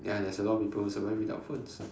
ya there's a lot of people who survive without phones